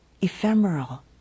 ephemeral